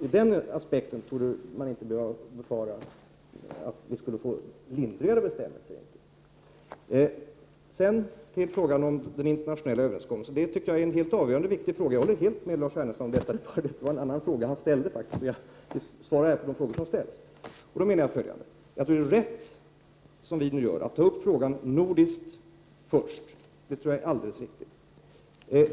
Ur den aspekten borde man därför inte behöva befara att bestämmelserna skulle bli lindrigare på grund av en EG-harmonisering. Frågan om internationella överenskommelser anser jag är en helt avgörande och viktig fråga, och jag håller helt med Lars Ernestam om detta. Jag menar följande: Jag tror att det är riktigt att göra som vi nu gör, nämligen att först ta upp frågan på det nordiska planet.